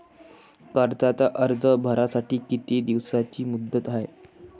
कर्जाचा अर्ज भरासाठी किती दिसाची मुदत हाय?